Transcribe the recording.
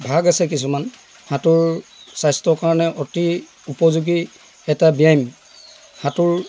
ভাগ আছে কিছুমান সাঁতোৰ স্বাস্থ্য কাৰণে অতি উপযোগী এটা ব্যায়াম সাঁতোৰ